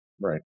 Right